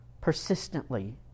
persistently